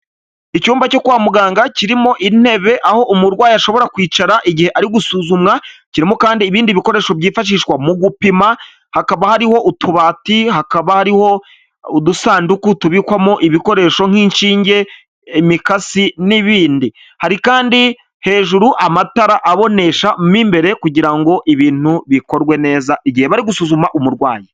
Icyumba cyo kwa muganga kirimo intebe aho umurwayi ashobora kwicara igihe ari gusuzumwa, kirimo kandi ibindi bikoresho byifashishwa mu gupima hakaba hariho utubati, hakaba hariho udusanduku tubikwamo ibikoresho nk'inshinge, imikasi n'ibindi, hari kandi hejuru amatara aboneshamo imbere kugira ngo ibintu bikorwe neza igihe bari gusuzuma umurwayi.